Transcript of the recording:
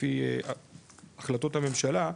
לפי החלטות הממשלה,